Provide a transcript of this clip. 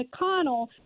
McConnell